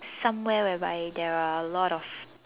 somewhere whereby there are a lot of